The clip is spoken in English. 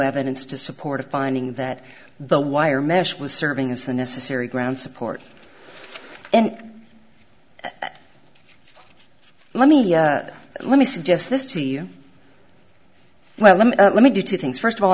evidence to support a finding that the wire mesh was serving as the necessary ground support and let me let me suggest this to you well let me let me do two things first of all